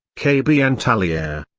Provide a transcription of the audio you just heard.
k b. antalya.